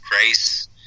grace